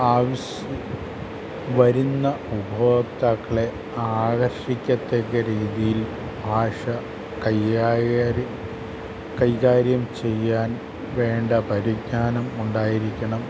ആവശ്യം വരുന്ന ഉപഭോക്താക്കളെ ആകർഷിക്കത്തക്ക രീതിയിൽ ഭാഷ കൈകാര്യം കൈകാര്യം ചെയ്യാൻ വേണ്ട പരിജ്ഞാനം ഉണ്ടായിരിക്കണം